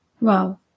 Wow